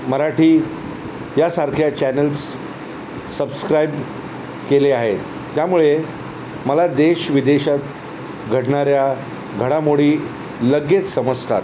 मराठी यासारख्या channels subscribe केले आहेत त्यामुळे मला देश विदेशात घडणाऱ्या घडामोडी लगेच समजतात